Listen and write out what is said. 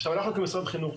עכשיו אנחנו כמשרד חינוך,